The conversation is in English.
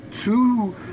two